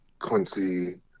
Quincy